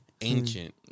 Ancient